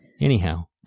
Anyhow